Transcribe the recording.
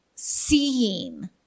Seeing